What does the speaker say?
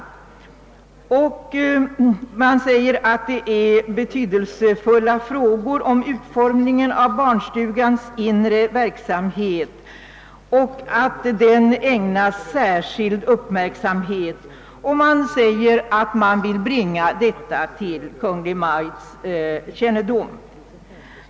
Utskottet framhåller att frågan om barnstugornas inre verksamhet är betydelsefull och att det är viktigt att den ägnas särskild uppmärksamhet. Utskottet föreslår att detta ges Kungl. Maj:t till känna.